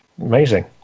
Amazing